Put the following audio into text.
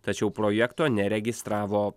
tačiau projekto neregistravo